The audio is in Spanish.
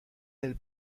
del